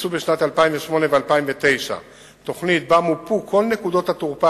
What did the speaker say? ביצע בשנים 2008 ו-2009 תוכנית שבה מופו כל נקודות התורפה